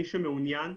מי שמעוניין,